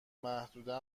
محدوده